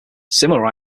similar